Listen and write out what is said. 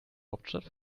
hauptstadt